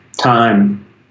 time